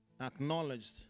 acknowledged